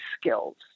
skills